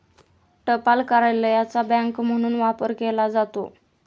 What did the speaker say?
टपाल कार्यालयाचा बँक म्हणून वापर केला जातो